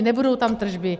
Nebudou tam tržby?